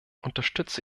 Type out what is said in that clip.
unterstütze